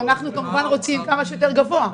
ואנחנו רוצים את זה כמה שיותר גבוה,